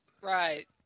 Right